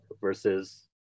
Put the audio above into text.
versus-